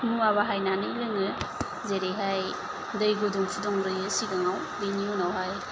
मुवा बाहायनानै लोङो जेरैहाय दै गुदुं फुदुंग्रोयो सिगाङाव बिनि उनावहाय